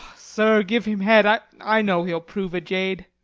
sir, give him head i know he'll prove a jade.